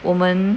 我们